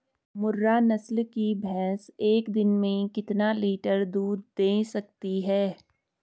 मुर्रा नस्ल की भैंस एक दिन में कितना लीटर दूध दें सकती है?